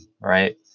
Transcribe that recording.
right